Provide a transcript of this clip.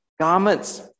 garments